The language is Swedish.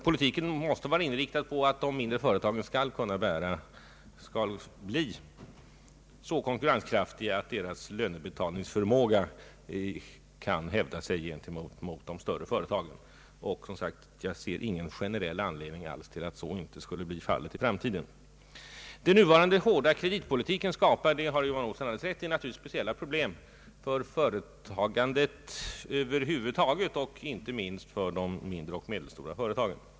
Politiken måste vara inriktad på att de mindre företagen skall bli så konkurrenskraftiga att deras lönebetalningsförmåga kan hävdas gentemot de större företagens, och jag ser, som sagt, ingen generell anledning alls till att så inte skulle bli fallet i framtiden. Herr Johan Olsson har naturligtvis alldeles rätt i att den hårda kreditpolitiken skapar speciella problem för företagandet över huvud taget och inte minst för de mindre och medelstora företagen.